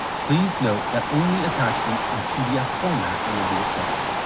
please note that only attachments in pdf format will be accepted.